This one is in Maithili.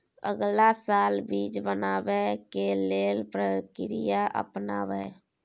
अगला साल बीज बनाबै के लेल के प्रक्रिया अपनाबय?